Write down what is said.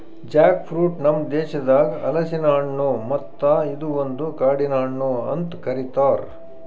Jack fruit ನಮ್ ದೇಶದಾಗ್ ಹಲಸಿನ ಹಣ್ಣು ಮತ್ತ ಇದು ಒಂದು ಕಾಡಿನ ಹಣ್ಣು ಅಂತ್ ಕರಿತಾರ್